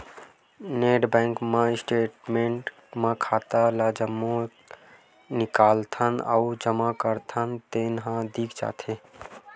net banking के statement म खाता के जम्मो निकालथन अउ जमा करथन तेन ह दिख जाथे